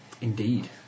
Indeed